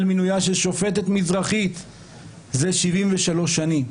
על מינויה של שופטת מזרחית מזה 73 שנים.